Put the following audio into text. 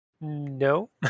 No